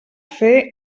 fer